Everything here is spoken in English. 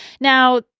Now